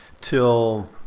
till